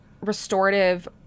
restorative